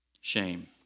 Shame